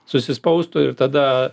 susispaustų ir tada